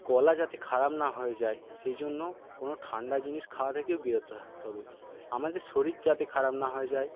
গলা যাতে খারাপ না হয়ে যায় সেই জন্য কোন ঠাণ্ডা জিনিস খাওয়া থেকে বিরত থাকতে হবে আমাদের শরীর যাতে খারাপ না হয়ে যায়